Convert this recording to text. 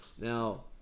Now